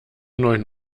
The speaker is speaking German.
neuen